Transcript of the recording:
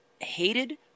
hated